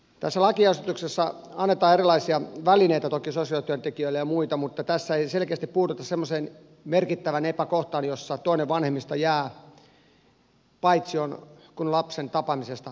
tässä lakiesityksessä toki annetaan erilaisia välineitä sosiaalityöntekijöille ja muuta mutta tässä ei selkeästi puututa semmoiseen merkittävään epäkohtaan jossa toinen vanhemmista jää paitsioon kun lapsen tapaamisesta sovitaan